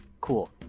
Cool